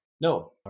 No